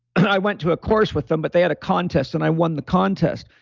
and i went to a course with them, but they had a contest and i won the contest.